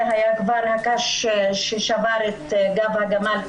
זה היה הקש ששבר את גב הגמל,